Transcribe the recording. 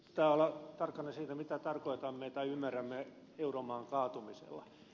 pitää olla tarkkana siitä mitä tarkoitamme tai ymmärrämme euromaan kaatumisella